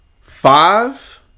five